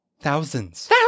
Thousands